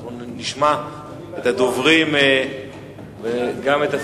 אנחנו נשמע את הדוברים, וגם את השר.